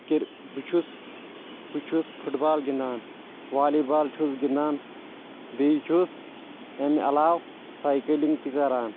کِر بہٕ چھُس بہٕ چھُس فٹ بال گنٛدان والی بال چھُس گنٛدان بییٚہِ چھُس امہِ علاوٕ سایکٕلنٛگ تہِ کران